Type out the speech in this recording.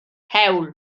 hewl